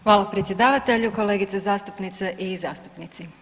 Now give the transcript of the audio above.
Hvala predsjedavatelju, kolegice zastupnice i zastupnici.